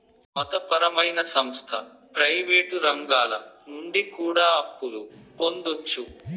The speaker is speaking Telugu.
మత పరమైన సంస్థ ప్రయివేటు రంగాల నుండి కూడా అప్పులు పొందొచ్చు